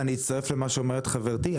ואני אצטרף גם למה שאומרת חברתי.